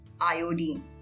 iodine